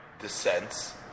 descends